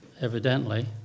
evidently